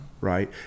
Right